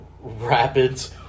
Rapids